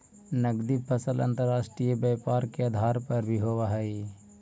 नगदी फसल अंतर्राष्ट्रीय व्यापार के आधार भी होवऽ हइ